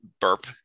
Burp